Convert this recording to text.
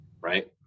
right